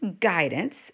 guidance